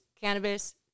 cannabis